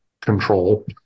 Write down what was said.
control